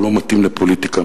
הוא לא מתאים לפוליטיקה.